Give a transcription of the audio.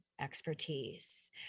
expertise